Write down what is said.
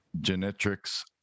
genetics